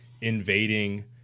invading